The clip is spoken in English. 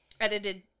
edited